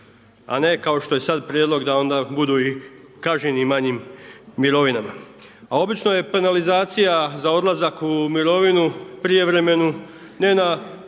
a ne kao što je sad prijedlog da onda budu i kažnjeni manjim mirovinama. A obično je penalizacija za odlazak u mirovinu, prijevremenu, ne na,